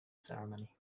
ceremony